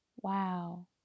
wow